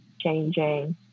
changing